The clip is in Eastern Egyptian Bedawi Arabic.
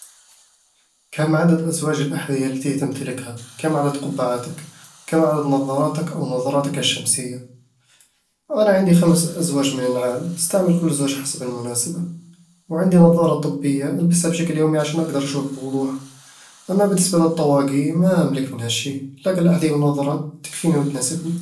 كم عدد أزواج الأحذية التي تمتلكها؟ كم عدد قبعاتك؟ كم عدد نظاراتك أو نظاراتك الشمسية؟ أنا عندي خمسة أزواج من النعال، أستعمل كل زوج حسب المناسبة وعندي نظارة طبية البسها بشكل يومي عشان أقدر أشوف بوضوح أما بالنسبة للطواقي، ما أملك منها شيء، لكن الأحذية والنظارات تكفيني وتناسبني